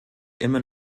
immer